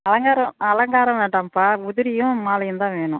அலங்காரம் அலங்காரம் வேண்டாம்ப்பா உதிரியும் மாலையுந்தான் வேணும்